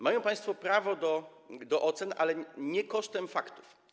Mają państwo prawo do ocen, ale nie kosztem faktów.